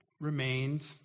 remained